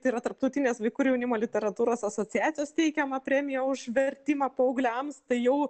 tai yra tarptautinės vaikų ir jaunimo literatūros asociacijos teikiama premija už vertimą paaugliams tai jau